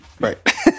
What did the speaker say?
right